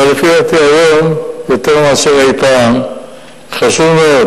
אבל לפי דעתי, היום יותר מאי-פעם חשוב מאוד